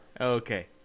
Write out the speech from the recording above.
Okay